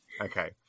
Okay